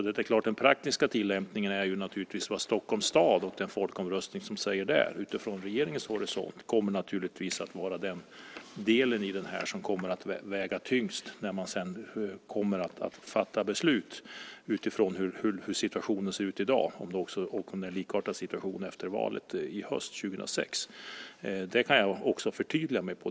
Den praktiska tillämpningen är naturligtvis vad Stockholms stad och folkomröstningen där säger. Från regeringens horisont kommer det naturligtvis att vara den del här som väger tyngst sedan beslut har fattats utifrån hur situationen i dag ser ut och om det är en likartad situation i höst efter valet 2006. På den punkten kan jag förtydliga mig.